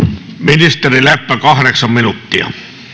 ministeri leppä kahdeksan minuuttia